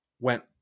went